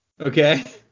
Okay